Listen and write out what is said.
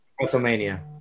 WrestleMania